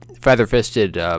feather-fisted